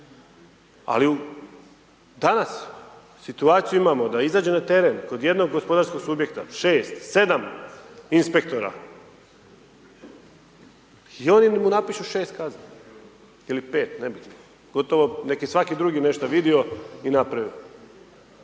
u, danas situaciju imamo da izađe na teren kod jednog gospodarskog subjekta šest, sedam inspektora, i oni mu napišu šest kazni, ili pet nebitno, gotovo nek' je svaki drugi nešta vidio i napravio.